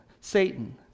Satan